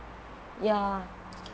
ya